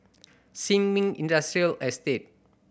Sin Ming Industrial Estate